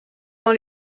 dans